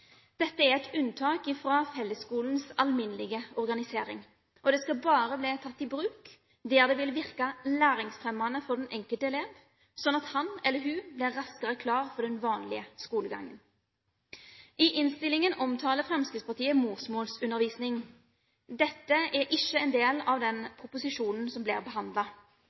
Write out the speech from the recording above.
Dette er et unntak fra fellesskolens alminnelige organisering og skal bare bli tatt i bruk der det vil virke læringsfremmende for den enkelte elev, slik at han eller hun blir raskere klar for den vanlige skolegangen. I innstillingen omtaler Fremskrittspartiet morsmålsundervisning. Dette er ikke en del av den proposisjonen som